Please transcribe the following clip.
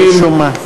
משום מה.